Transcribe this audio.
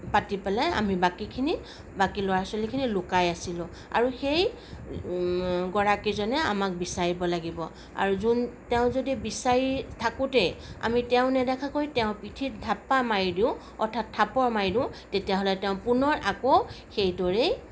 পাতি পেলাই আমি বাকিখিনি বাকি ল'ৰা ছোৱালীখিনি লুকাই আছিলোঁ আৰু সেই গৰাকীজনে আমাক বিচাৰিব লাগিব আৰু যোন তেওঁ যদি বিচাৰি থাকোঁতেই আমি তেওঁ নেদেখাকৈ তেওঁৰ পিঠিত ধাপ্পা মাৰি দিওঁ অৰ্থাৎ থাপৰ মাৰি দিওঁ তেতিয়াহ'লে তেওঁ আকৌ পুনৰ সেইদৰে